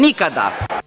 Nikada!